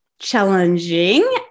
challenging